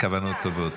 זה מכוונות טובות.